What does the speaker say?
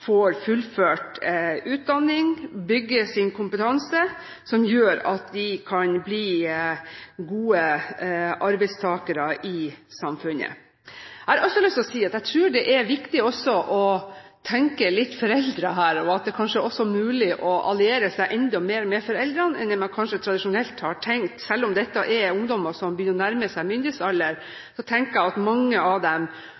får fullført utdanning, får bygget sin kompetanse, som gjør at de kan bli gode arbeidstakere i samfunnet. Jeg har også lyst til å si at jeg tror det er viktig å tenke litt foreldre her, og at det kanskje også er mulig å alliere seg enda mer med foreldrene enn det man tradisjonelt har tenkt. Selv om dette er ungdommer som begynner å nærme seg myndighetsalder, tenker jeg at mange av dem